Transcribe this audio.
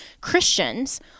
Christians